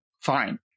Fine